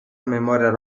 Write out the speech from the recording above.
memorial